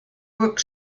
brook